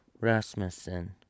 Rasmussen